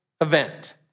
event